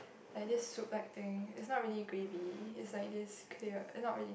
like this soup like thing is not really gravy is like this clear and not really